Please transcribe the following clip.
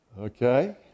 Okay